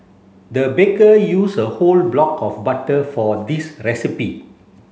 the baker use a whole block of butter for this recipe